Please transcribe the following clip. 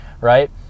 right